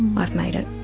i've made it.